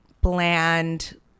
bland